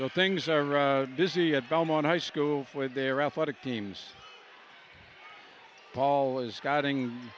o things are busy at belmont high school with their athletic teams paul is scouting